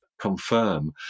confirm